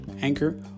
Anchor